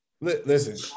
Listen